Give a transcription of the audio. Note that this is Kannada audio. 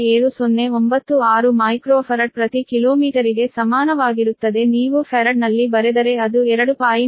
0107096 microfarad ಪ್ರತಿ ಕಿಲೋಮೀಟರಿಗೆ ಸಮಾನವಾಗಿರುತ್ತದೆ ನೀವು ಫರಾದ್ನಲ್ಲಿ ಬರೆದರೆ ಅದು 2